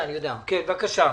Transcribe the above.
דבר ראשון,